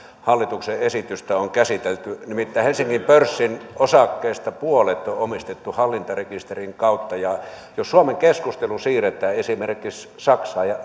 hallituksen esitystä on käsitelty nimittäin helsingin pörssin osakkeista puolet on omistettu hallintarekisterin kautta jos suomen keskustelu siirretään esimerkiksi saksaan ja